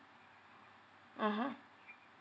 mmhmm